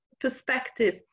perspective